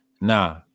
nah